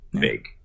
big